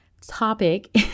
topic